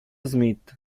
smith